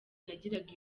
nagiraga